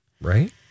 Right